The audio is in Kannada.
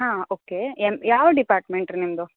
ಹಾಂ ಓಕೆ ಏನು ಯಾವ ಡಿಪಾರ್ಟ್ಮೆಂಟ್ ರೀ ನಿಮ್ಮದು